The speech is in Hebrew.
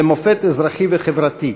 למופת אזרחי וחברתי,